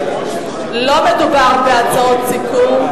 לא מדובר בהצעות סיכום.